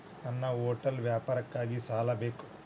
ನನ್ನ ಹೋಟೆಲ್ ವ್ಯಾಪಾರಕ್ಕಾಗಿ ಸಾಲ ಬೇಕು